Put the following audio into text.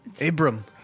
Abram